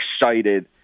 excited